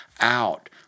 out